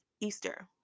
Easter